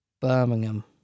Birmingham